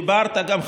דיברת גם,